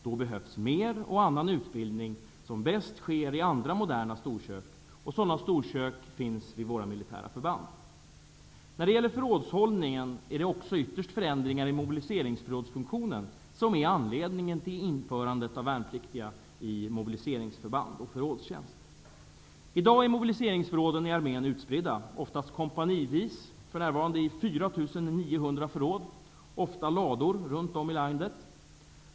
Då behövs mer och annan utbildning som bäst sker i andra moderna storkök, och sådana storkök finns på våra militära förband. När det gäller förrådshållningen är det också förändringar i mobiliseringsförrådsfunktionen som är anledningen till införandet av värnpliktiga i mobiliseringsförband och förrådstjänst. I dag är mobiliseringsförråden i armén utspridda -- oftast kompanivis, för närvarande i 4 900 förråd -- ofta i lador runt om i Sverige.